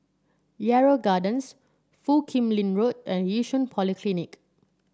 Yarrow Gardens Foo Kim Lin Road and Yishun Polyclinic